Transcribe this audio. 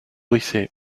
riceys